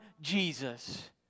Jesus